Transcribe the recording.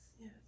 yes